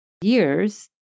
years